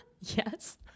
Yes